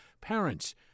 Parents